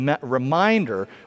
reminder